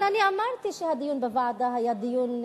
אבל אני אמרתי שהדיון בוועדה היה דיון אפקטיבי,